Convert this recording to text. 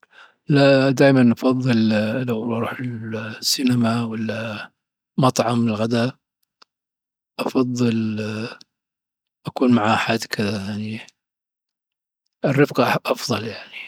لا دايما أفضل لو بروح الـ السينما والا مطعم للغداء أفضل مع أحد. الرفقة أفضل يعني.